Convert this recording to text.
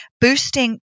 boosting